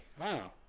Wow